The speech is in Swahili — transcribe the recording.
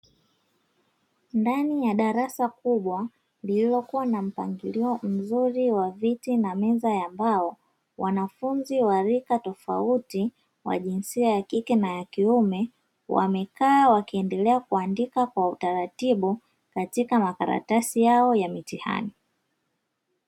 Ndani ya darasa kubwa lililokuwa na mpangilio mzuri wa viti na meza ya mbao, wanafunzi wa rika tofauti wa jinsia ya kike na kiume wamekaa wakiendelea kuandika kwa utaratibu katika makaratasi yao ya mtihani.